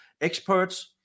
experts